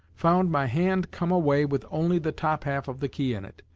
found my hand come away with only the top half of the key in it!